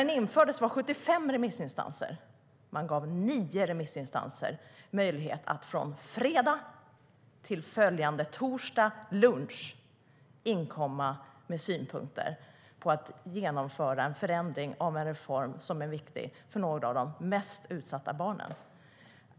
Men inför den här förändringen gav regeringen nio remissinstanser möjlighet att från fredag till lunchtid följande torsdag inkomma med synpunkter gällande en reform som är viktig för en del av de mest utsatta barnen.